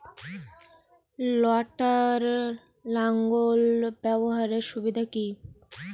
লটার লাঙ্গল ব্যবহারের সুবিধা কি?